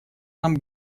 нам